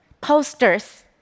posters